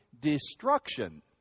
destruction